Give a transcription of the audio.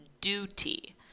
duty